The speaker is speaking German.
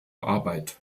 arbeit